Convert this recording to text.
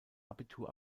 abitur